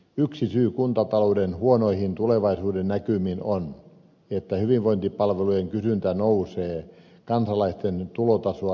yksi syy kuntatalouden huonoihin tulevaisuudennäkymiin on että hyvinvointipalvelujen kysyntä nousee kansalaisten tulotasoa nopeammin